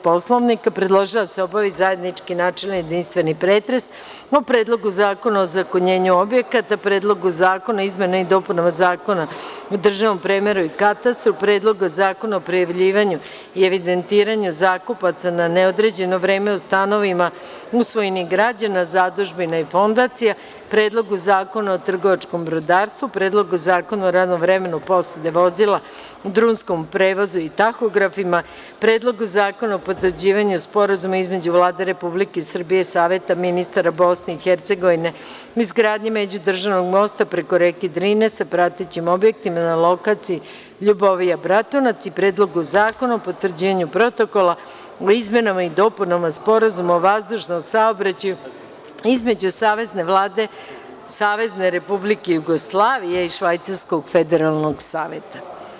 Poslovnika, predložila da se obavi zajednički načelni i jedinstveni pretres o: Predlogu zakona o zakonjenju objekata, Predlogu zakona o izmenama i dopunama Zakona o državnom premeru i katastru, Predlogu zakona o prijavljivanju i evidentiranju zakupaca na neodređeno vreme u stanovima u svojini građana, zadužbina i fondacija, Predlogu zakona o trgovačkom brodarstvu, Predlogu zakona o radnom vremenu posade vozila u drumskom prevozu i tahografima, Predlogu zakona o potvrđivanju Sporazuma između Vlade Republike Srbije i Saveta ministara Bosne i Hercegovine o izgradnji međudržavnog mosta preko reke Drine sa pratećim objektima na lokaciji Ljubovija – Bratunac i Predlogu zakona o potvrđivanju Protokola o izmenama i dopunama Sporazuma o vazdušnom saobraćaju između Savezne Vlade Savezne Republike Jugoslavije i Švajcarskog Federalnog Saveta.